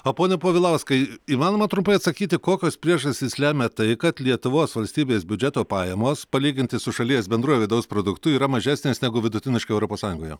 o pone povilauskai įmanoma trumpai atsakyti kokios priežastys lemia tai kad lietuvos valstybės biudžeto pajamos palyginti su šalies bendruoju vidaus produktu yra mažesnės negu vidutiniškai europos sąjungoje